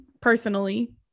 personally